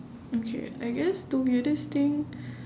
okay I guess the weirdest thing